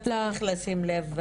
צריך לשים לב,